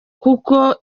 kuko